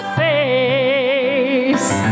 face